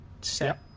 set